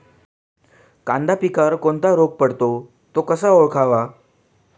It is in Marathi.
कांदा पिकावर कोणता रोग पडतो? तो कसा ओळखावा?